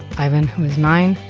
ivan was nine.